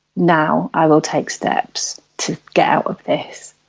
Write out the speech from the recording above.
now i will take steps to get out of this.